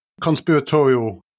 conspiratorial